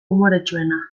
umoretsuena